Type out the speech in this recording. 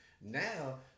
Now